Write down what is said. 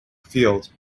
field